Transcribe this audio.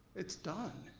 it's done,